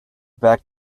back